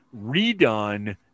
redone